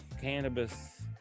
cannabis